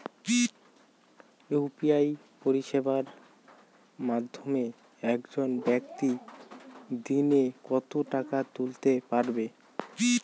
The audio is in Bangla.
ইউ.পি.আই পরিষেবার মাধ্যমে একজন ব্যাক্তি দিনে কত টাকা তুলতে পারবে?